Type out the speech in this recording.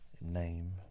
name